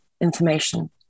information